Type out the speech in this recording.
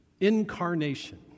incarnation